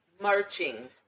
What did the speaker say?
marching